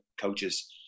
coaches